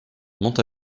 monte